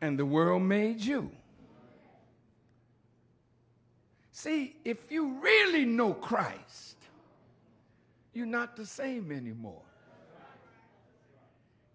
and the world made you see if you really know christ you're not the same anymore